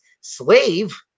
slave